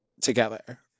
together